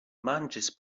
manĝis